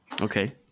Okay